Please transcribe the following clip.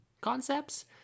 concepts